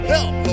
Help